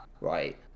right